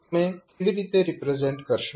તમે કેવી રીતે રિપ્રેઝેન્ટ કરશો